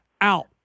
out